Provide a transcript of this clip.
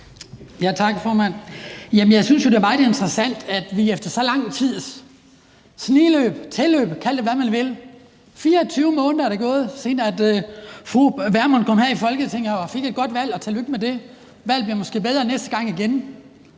Jeg synes jo, det er meget interessant, at man efter så lang tids snigløb eller tilløb, kald det, hvad man vil – 24 måneder er der gået, siden fru Pernille Vermund kom herind i Folketinget, fik et godt valg, og tillykke med det; valget bliver måske bedre igen næste gang –